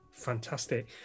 Fantastic